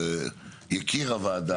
יקיר הוועדה,